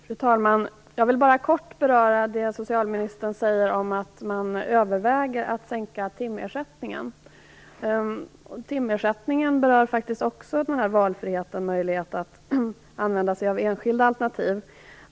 Fru talman! Jag vill bara kort beröra det socialministern säger om att man överväger att sänka timersättningen. Timersättningen berör faktiskt också valfriheten och möjligheten att använda sig av enskilda alternativ.